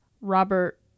Robert